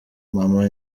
mama